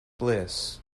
bliss